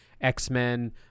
X-Men